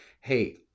Hey